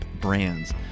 brands